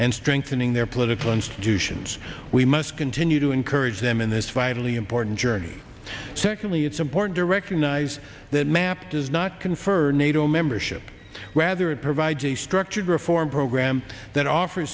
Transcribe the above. and strengthening their political institutions we must continue to encourage them in this vitally important journey secondly it's important to recognize that map does not confer nato membership rather it provides a structured reform program that offer